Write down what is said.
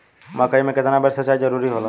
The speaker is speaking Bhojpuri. मकई मे केतना बेर सीचाई जरूरी होला?